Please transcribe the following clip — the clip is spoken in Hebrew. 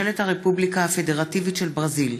מיקי רוזנטל,